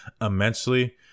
immensely